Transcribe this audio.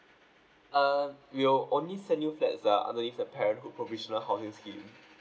err we'll only send you flats that are underneath the parenthood provisional housing scheme